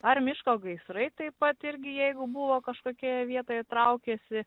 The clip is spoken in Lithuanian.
ar miško gaisrai taip pat irgi jeigu buvo kažkokioje vietoje traukiasi